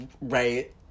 right